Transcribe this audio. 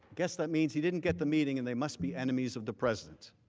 guess that means he didn't get the meeting and they must be enemies of the president.